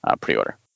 pre-order